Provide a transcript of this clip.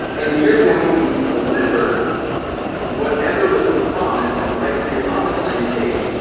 and we're going to deliver whatever was promised right here on this landing page,